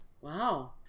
Wow